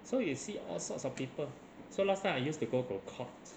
so you see all sorts of people so last time I used to go to court